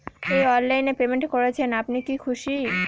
এই অনলাইন এ পেমেন্ট করছেন আপনি কি খুশি?